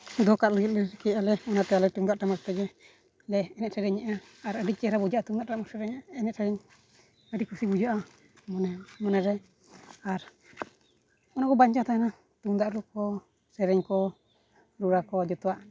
ᱫᱚᱦᱚ ᱠᱟᱜ ᱞᱟᱹᱜᱤᱫ ᱞᱮ ᱨᱤᱠᱟᱹᱭᱮᱜ ᱟᱞᱮ ᱚᱱᱟᱛᱮ ᱟᱞᱮ ᱛᱩᱢᱫᱟᱜ ᱴᱟᱢᱟᱠ ᱛᱮᱜᱮ ᱞᱮ ᱮᱱᱮᱡ ᱥᱮᱨᱮᱧᱮᱜᱼᱟ ᱟᱨ ᱟᱹᱰᱤ ᱪᱮᱨᱦᱟ ᱵᱩᱡᱟᱹᱜᱼᱟ ᱛᱩᱢᱫᱟᱜ ᱴᱟᱢᱟᱠ ᱥᱮᱨᱮᱧ ᱮᱱᱮᱡ ᱥᱮᱨᱮᱧ ᱟᱹᱰᱤᱠᱩᱥᱤ ᱵᱩᱡᱟᱹᱜᱼᱟ ᱢᱚᱱᱮ ᱢᱚᱱᱮᱨᱮ ᱟᱨ ᱚᱱᱟ ᱠᱚ ᱵᱟᱧᱪᱟᱣ ᱛᱟᱦᱮᱱᱟ ᱛᱩᱢᱫᱟᱜ ᱨᱩᱠᱚ ᱥᱮᱨᱮᱧ ᱠᱚ ᱨᱩᱣᱟᱜ ᱠᱚ ᱡᱚᱛᱚᱣᱟᱜ